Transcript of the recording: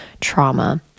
trauma